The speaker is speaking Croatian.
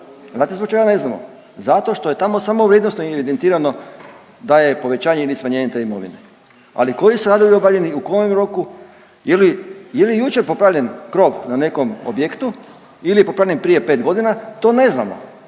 znate zbog čega ne znamo? Zato što je tamo samo vrijednosno evidentirano da je povećanje ili smanjenje te imovine, ali koji su radovi obavljeni, u kojem u roku, je li, je li jučer popravljen krov na nekom objektu ili je popravljen prije 5 godina to ne znamo,